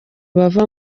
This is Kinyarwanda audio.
bava